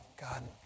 God